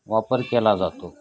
वापर केला जातो